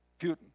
Putin